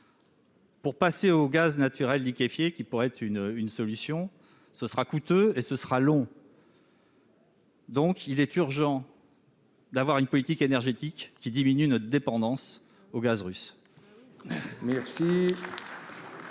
Pour passer au gaz naturel liquéfié qui pourrait être une une solution ce sera coûteux et ce sera long. Donc il est urgent. D'avoir une politique énergétique qui diminue notre dépendance au gaz russe.